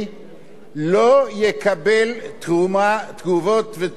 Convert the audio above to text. לא יקבל תרומות מהמדינה.